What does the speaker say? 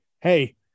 hey